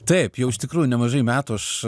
taip jau iš tikrųjų nemažai metų aš